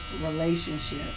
relationship